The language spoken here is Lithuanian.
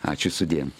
ačiū sudie